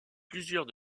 plusieurs